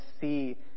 see